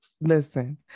listen